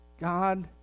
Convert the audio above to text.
God